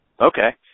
Okay